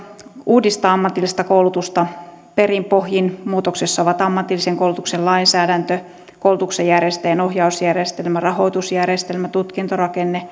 uudistaa ammatillista koulutusta perin pohjin muutoksessa ovat ammatillisen koulutuksen lainsäädäntö koulutuksen järjestäjän ohjausjärjestelmä rahoitusjärjestelmä tutkintorakenne